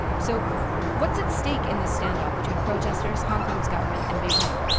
so what's at stake in the standoff between protesters, hong kong's government and beijing?